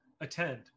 attend